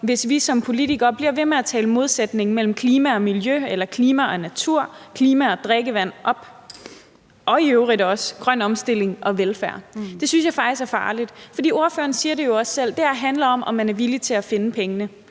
hvis vi som politikere bliver ved med at tale modsætningen mellem klima og miljø, klima og natur eller klima og drikkevand op og i øvrigt også grøn omstilling og velfærd. Det synes jeg faktisk er farligt. For ordføreren siger det jo også selv: Det her handler om, om man er villig til at finde pengene.